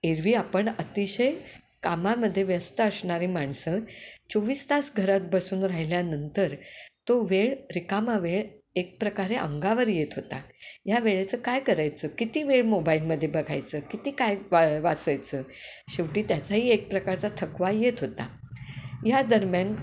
एरवी आपण अतिशय कामामध्ये व्यस्त अस असणारी माणसं चोवीस तास घरात बसून राहिल्यानंतर तो वेळ रिकामा वेळ एक प्रकारे अंगावर येत होता ह्या वेळेचं काय करायचं किती वेळ मोबाईलमध्ये बघायचं किती काय वा वाचायचं शेवटी त्याचाही एक प्रकारचा थकवा येत होता या दरम्यान